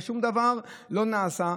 ושום דבר לא נעשה,